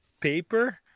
paper